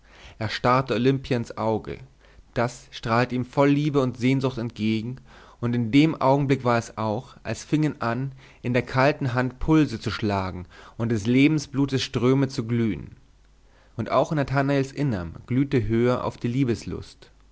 er starrte olimpia ins auge das strahlte ihm voll liebe und sehnsucht entgegen und in dem augenblick war es auch als fingen an in der kalten hand pulse zu schlagen und des lebensblutes ströme zu glühen und auch in nathanaels innerm glühte höher auf die